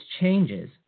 changes